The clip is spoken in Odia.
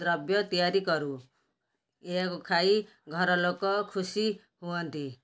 ଦ୍ରବ୍ୟ ତିଆରି କରୁ ଏହାକୁ ଖାଇ ଘର ଲୋକ ଖୁସି ହୁଅନ୍ତି